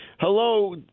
Hello